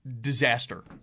Disaster